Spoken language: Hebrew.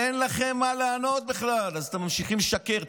אין לכם מה לענות בכלל אז אתם ממשיכים לשקר.